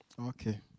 Okay